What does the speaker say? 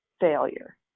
failure